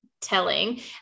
telling